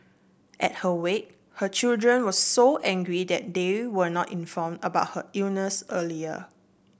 at her wake her children were so angry that they were not informed about her illness earlier